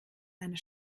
einer